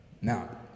now